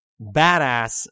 badass